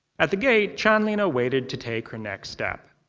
at the gate, chanlina waited to take her next step.